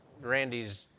Randy's